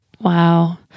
Wow